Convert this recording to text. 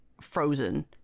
frozen